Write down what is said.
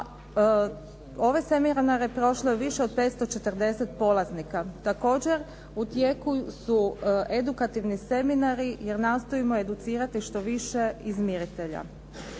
ove seminare prošlo je više od 540 polaznika. Također u tijeku su edukativni seminari, jer nastojimo educirati što više izmiritelja.